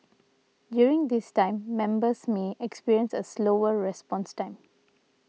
during this time members may experience a slower response time